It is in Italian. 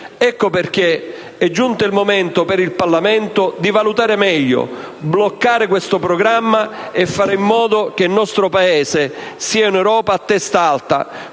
Per questo è giunto il momento per il Parlamento di valutare meglio, bloccare questo programma e fare in modo che il nostro Paese stia in Europa a testa alta,